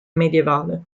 medioevale